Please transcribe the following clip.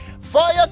Fire